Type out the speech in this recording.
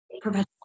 professional